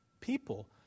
people